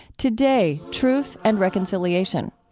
today, truth and reconciliation.